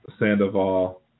Sandoval